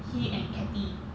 he and kathy